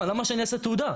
אבל למה שאני אעשה תעודה?